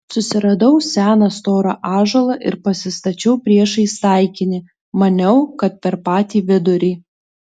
susiradau seną storą ąžuolą ir pasistačiau priešais taikinį maniau kad per patį vidurį